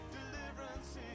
deliverance